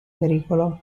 agricolo